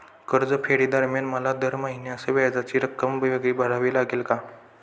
कर्जफेडीदरम्यान मला दर महिन्यास व्याजाची रक्कम वेगळी भरावी लागेल का?